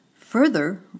Further